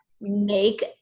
make